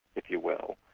if you will,